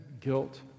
guilt